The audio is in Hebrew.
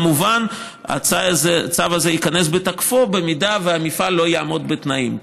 כמובן הצו הזה ייכנס לתוקפו במידה שהמפעל לא יעמוד בתנאים,